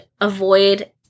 avoid